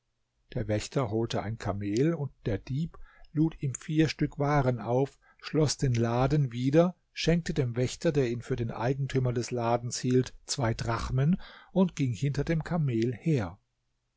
der wächter holte ein kamel und der dieb lud ihm vier stück waren auf schloß den laden wieder schenkte dem wächter der ihn für den eigentümer des ladens hielt zwei drachmen und ging hinter dem kamel her